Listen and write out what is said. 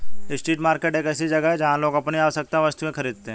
street market एक ऐसी जगह है जहां लोग अपनी आवश्यक वस्तुएं खरीदते हैं